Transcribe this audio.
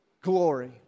glory